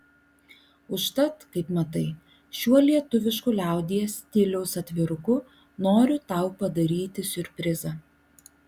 užtat kaip matai šiuo lietuvišku liaudies stiliaus atviruku noriu tau padaryti siurprizą